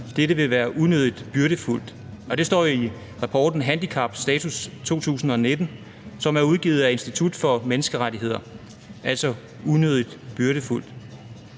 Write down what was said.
dette vil være unødigt byrdefuldt«. Det står jo i rapporten »Handicap – status 2019«, som er udgivet af Institut for Menneskerettigheder. I Venstre